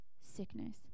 sickness